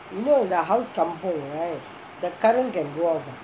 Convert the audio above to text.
you know in house kampung right current can go off ah